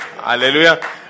Hallelujah